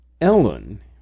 Ellen